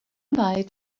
weit